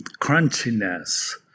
crunchiness